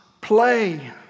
play